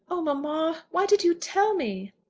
oh, mamma, why did you tell me?